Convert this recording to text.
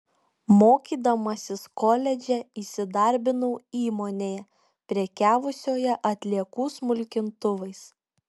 mokydamasis koledže įsidarbinau įmonėje prekiavusioje atliekų smulkintuvais